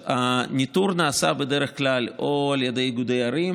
הניטור נעשה בדרך כלל או על ידי איגודי ערים